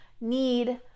need